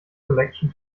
collection